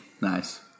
Nice